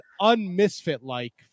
un-Misfit-like